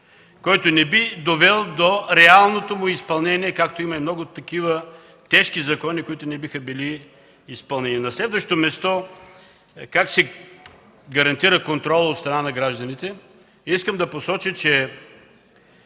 който не би довел до реалното му изпълнение, както има много такива тежки закони, които не биха били изпълнени. На следващо място, как се гарантира контролът от страна на гражданите? Искам да посоча, че